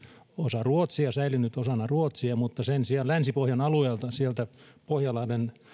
osa ruotsia säilynyt osana ruotsia mutta sen sijaan länsipohjan alueelta sieltä pohjanlahden